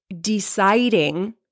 deciding